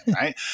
Right